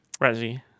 Resi